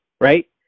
right